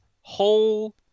whole